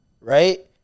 right